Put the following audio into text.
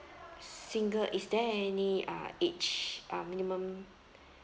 single is there any uh age uh minimum